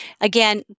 again